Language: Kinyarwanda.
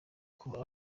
kuba